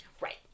Right